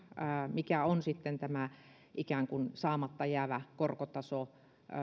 mikä on sitten tämä ikään kuin saamatta jäävä korkotaso